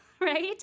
Right